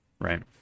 Right